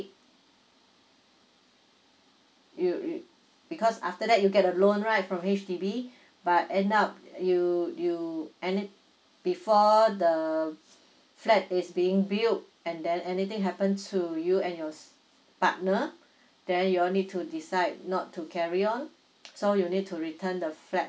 you you because after that you get a loan right from H_D_B but end up you you any before the f~ flat is being built and then anything happen to you and your s~ partner then you all need to decide not to carry on so you need to return the flight